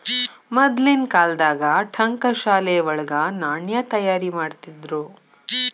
ಮದ್ಲಿನ್ ಕಾಲ್ದಾಗ ಠಂಕಶಾಲೆ ವಳಗ ನಾಣ್ಯ ತಯಾರಿಮಾಡ್ತಿದ್ರು